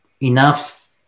enough